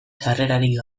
sarrerarik